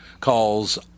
calls